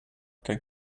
going